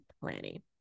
planning